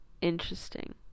Interesting